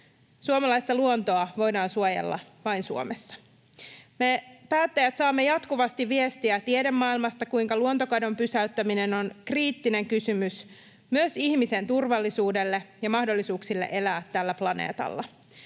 Suomalaista luontoa voidaan suojella vain Suomessa. Me päättäjät saamme jatkuvasti viestiä tiedemaailmasta, kuinka luontokadon pysäyttäminen on kriittinen kysymys myös ihmisen turvallisuudelle ja mahdollisuuksille elää tällä planeetalla.